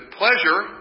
pleasure